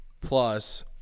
plus